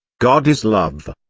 god is love.